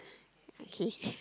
okay